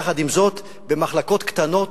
יחד עם זאת, במחלקות קטנות,